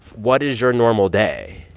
what is your normal day?